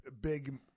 big